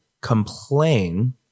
Complain